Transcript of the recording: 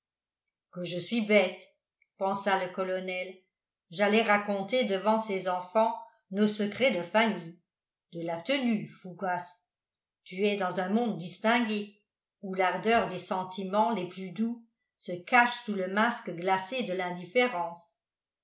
que je suis bête pensa le colonel j'allais raconter devant ces enfants nos secrets de famille de la tenue fougas tu es dans un monde distingué où l'ardeur des sentiments les plus doux se cache sous le masque glacé de l'indifférence